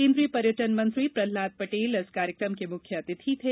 केन्द्रीय पर्यटन मंत्री प्रहलाद पटेल इस कार्यकम के मुख्य अतिथि थे